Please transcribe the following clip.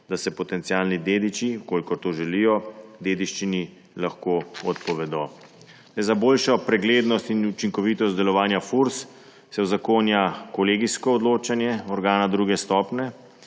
da se potencialni dediči, če to želijo, dediščini lahko odpovedo. Za boljšo preglednost in učinkovitost delovanja Fursa se uzakonja kolegijsko odločanje organa druge stopnje.